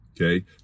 Okay